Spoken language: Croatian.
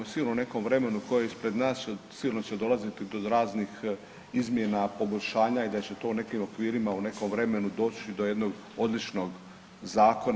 Sigurno u nekom vremenu koje je ispred nas, sigurno će dolaziti do raznih izmjena, poboljšanja i da će to u nekim okvirima u nekom vremenu doći do jednog odličnog zakona.